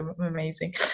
amazing